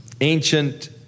ancient